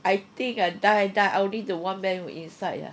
I think I die die I only one man inside ah